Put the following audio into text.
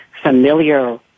familiar